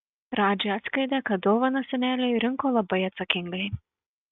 radži atskleidė kad dovaną seneliui rinko labai atsakingai